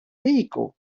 vehicles